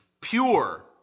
pure